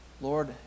Lord